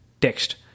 text